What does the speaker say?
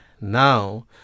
now